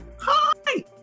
Hi